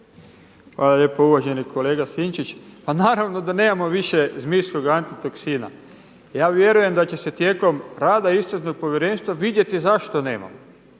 Hvala lijepo uvaženi kolega Sinčić. Pa naravno da nemamo više zmijskoga antitoksina. Ja vjerujem da će se tijekom rada istražnog povjerenstva vidjeti zašto nemamo.